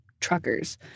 truckers